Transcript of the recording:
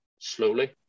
slowly